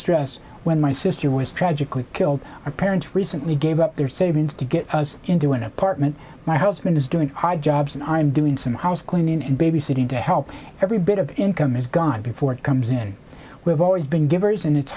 stress when my sister was tragically killed our parents recently gave up their savings to get us into an apartment my husband is doing odd jobs and i am doing some house cleaning and babysitting to help every bit of income is gone before it comes in we have always been given it's